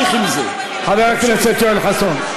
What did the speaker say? חבר הכנסת יואל חסון,